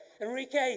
Enrique